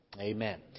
Amen